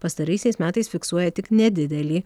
pastaraisiais metais fiksuoja tik nedidelį